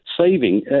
saving